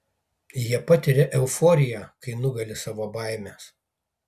jie patiria euforiją kai nugali savo baimes